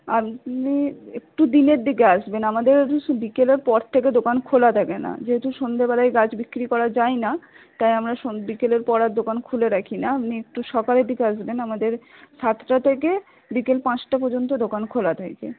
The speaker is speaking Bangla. আপনি একটু দিনের দিকে আসবেন আমাদের বিকেলের পর থেকে দোকান খোলা থাকে না যেহেতু সন্ধ্যেবেলায় গাছ বিক্রি করা যায় না তাই আমরা বিকেলের পর আর দোকান খুলে রাখি না আপনি একটু সকালের দিকে আসবেন আমাদের সাতটা থেকে বিকেল পাঁচটা পর্যন্ত দোকান খোলা থাকে